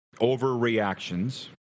overreactions